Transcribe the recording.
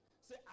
Say